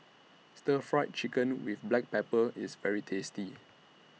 Stir Fry Chicken with Black Pepper IS very tasty